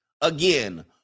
Again